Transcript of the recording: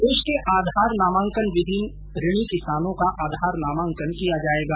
प्रदेश के आधार नामांकन विहीन ऋणि किसानों का आधार नामांकन किया जायेगा